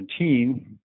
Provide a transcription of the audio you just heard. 2017